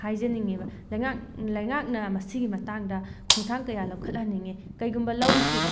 ꯍꯥꯏꯖꯅꯤꯡꯉꯦꯕ ꯂꯩꯉꯥꯛ ꯂꯩꯉꯥꯛꯅ ꯃꯁꯤꯒꯤ ꯃꯇꯥꯡꯗ ꯈꯣꯡꯊꯥꯡ ꯀꯌꯥ ꯂꯧꯈꯠꯍꯟꯅꯤꯡꯉꯦ ꯀꯩꯒꯨꯝꯕ ꯂꯧꯁꯤ